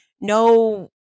no